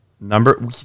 Number